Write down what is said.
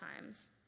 times